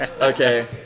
Okay